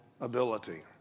ability